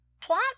plot